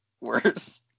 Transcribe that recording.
worse